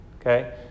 Okay